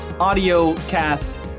audio-cast